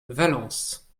valence